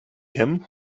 him